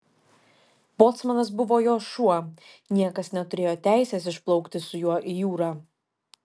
bocmanas buvo jos šuo niekas neturėjo teisės išplaukti su juo į jūrą